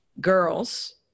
girls